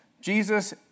Jesus